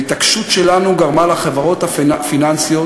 ההתעקשות שלנו גרמה לחברות הפיננסיות